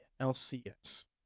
LCS